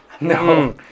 No